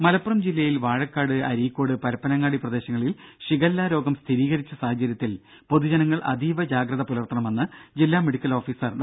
രും മലപ്പുറം ജില്ലയിൽ വാഴക്കാട് അരീക്കോട് പരപ്പനങ്ങാടി പ്രദേശങ്ങളിൽ ഷിഗല്ല രോഗം സ്ഥിരീകരിച്ച സാഹചര്യത്തിൽ പൊതുജനങ്ങൾ അതീവശ്രദ്ധ പുലർത്തണമെന്ന് ജില്ലാ മെഡിക്കൽ ഓഫീസർ ഡോ